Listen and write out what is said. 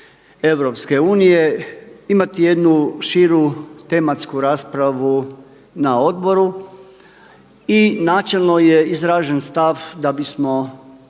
EU imati jednu širu tematsku raspravu na odboru. I načelno je izražen stav da bismo